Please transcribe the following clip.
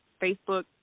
Facebook